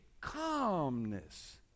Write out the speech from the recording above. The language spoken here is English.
calmness